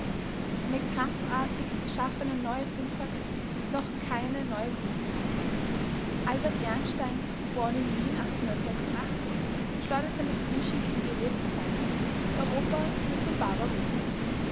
eine krampfhaft geschaffene neue syntax ist noch keine neue kunstform albert ehrenstein geb in wien schleudert seine flüche gegen die rote zeit europa wird zum